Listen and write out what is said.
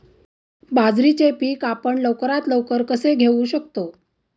बाजरीचे पीक आपण लवकरात लवकर कसे घेऊ शकतो?